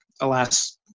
Alas